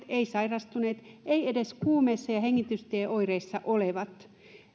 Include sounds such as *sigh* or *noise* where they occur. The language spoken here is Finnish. *unintelligible* eivät sairastuneet eivät edes kuumeessa ja hengitystieoireissa olevat